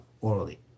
orally